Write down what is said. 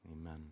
amen